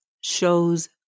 shows